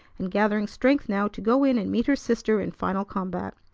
and gathering strength now to go in and meet her sister in final combat.